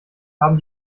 haben